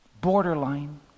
borderline